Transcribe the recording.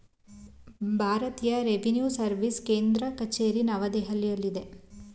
ಭಾರತೀಯ ರೆವಿನ್ಯೂ ಸರ್ವಿಸ್ನ ಕೇಂದ್ರ ಕಚೇರಿ ನವದೆಹಲಿಯಲ್ಲಿದೆ